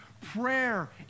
prayer